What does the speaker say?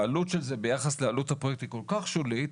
העלות של זה ביחס לעלות הפרויקט היא כל כך שולית,